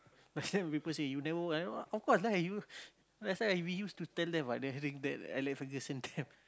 last time people say you never of course lah you last time we used tell them [what] Alex-Ferguson time